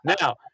now